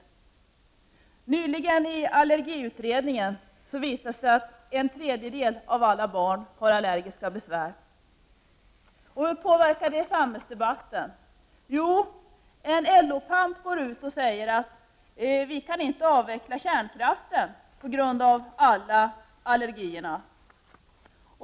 Enligt allergiutredningen, som nyligen lades fram, har det visat sig att en tredjedel av alla barn har allergiska besvär. Hur påverkar detta samhällsdebatten? Jo, en LO-pamp går ut och säger att kärnkraften inte kan avvecklas på grund av alla allergier.